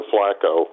Flacco